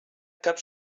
cap